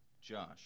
Josh